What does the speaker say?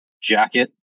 jacket